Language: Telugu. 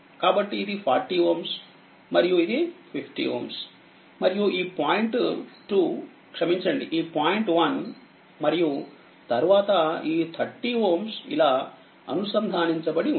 కాబట్టిఇది40Ωమరియు ఇది 50Ωమరియు ఈ పాయింట్ 2క్షమించండి ఈ పాయింట్1మరియు తరువాత ఈ30Ωఇలా అనుసంధానించబడి ఉంది